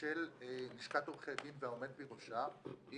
של לשכת עורכי הדין והעומד בראשה היא,